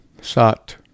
Sat